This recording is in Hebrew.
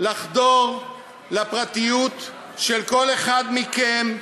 לחדור לפרטיות של כל אחד מכם,